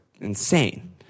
insane